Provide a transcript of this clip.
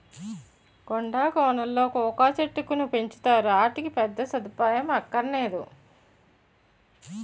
కొండా కోనలలో కోకా చెట్టుకును పెంచుతారు, ఆటికి పెద్దగా సదుపాయం అక్కరనేదు